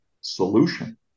solution